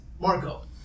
Marco